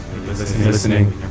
listening